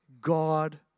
God